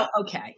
okay